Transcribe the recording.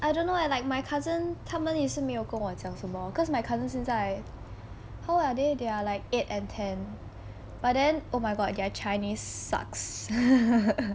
I don't know leh like my cousin 他们也是没有跟我讲什么 cause my cousin 现在 ho~ old are they they are like eight and ten but then oh my god their chinese sucks